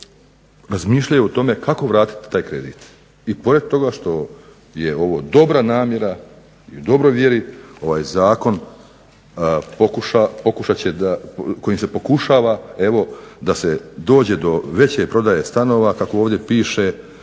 razmišljaju o tome kako vratiti taj kredit i pored toga što je ovo dobra namjera i u dobroj vjeri ovaj zakon kojim se pokušava evo da se dođe do veće prodaje stanova kako ovdje piše